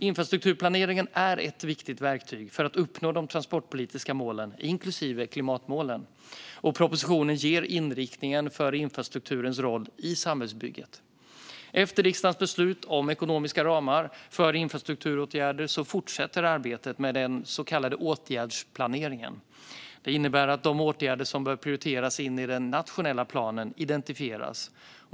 Infrastrukturplaneringen är ett viktigt verktyg för att uppnå de transportpolitiska målen, inklusive klimatmålen, och propositionen ger inriktningen för infrastrukturens roll i samhällsbygget. Efter riksdagens beslut om ekonomiska ramar för infrastrukturåtgärder fortsätter arbetet med den så kallade åtgärdsplaneringen. Det innebär att de åtgärder som bör prioriteras in i den nationella planen identifieras.